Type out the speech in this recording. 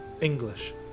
english